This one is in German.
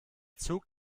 zug